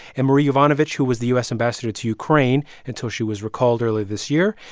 and marie yovanovitch, who was the u s. ambassador to ukraine until she was recalled earlier this year.